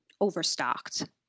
overstocked